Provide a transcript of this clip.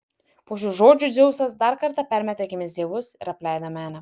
po šių žodžių dzeusas dar kartą permetė akimis dievus ir apleido menę